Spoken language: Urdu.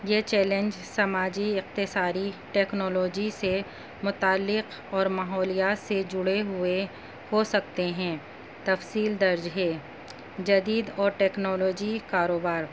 یہ چیلنج سماجی اقتصادی ٹیکنالوجی سے متعلق اور ماحولیات سے جڑے ہوئے ہو سکتے ہیں تفصیل درج ہے جدید اور ٹیکنالوجی کاروبار